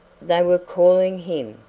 they were calling him,